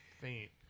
faint